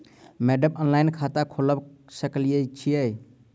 Madam online खाता खोलबा सकलिये छीयै?